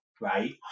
right